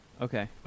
Okay